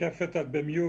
עדיפות תמיד